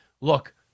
look